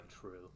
True